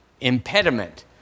impediment